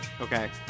Okay